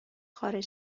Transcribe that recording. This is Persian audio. خارج